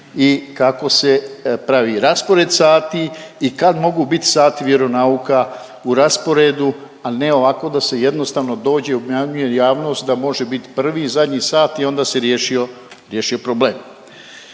i kako se pravi raspored sati i kad mogu biti sati vjeronauka u rasporedu, a ne ovako da se jednostavno dođe i obmanjuje javnost da može biti prvi i zadnji sat i onda si riješio, riješio